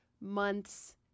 months